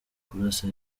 kurasa